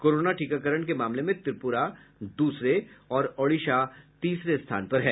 corona टीकाकरण के मामले में त्रिपुरा दूसरे और ओडिशा तीसरे स्थान पर है